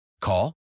call